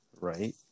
right